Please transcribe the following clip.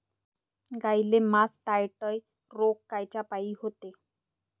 गाईले मासटायटय रोग कायच्यापाई होते?